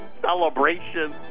celebration